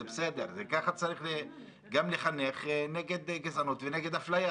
ככה צריך גם לחנך נגד גזענות ונגד אפליה.